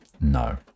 no